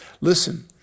Listen